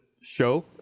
show